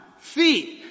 feet